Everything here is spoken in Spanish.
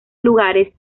lugares